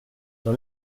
dans